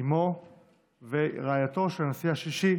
אימו ורעייתו של הנשיא השישי